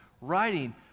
writing